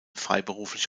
freiberuflich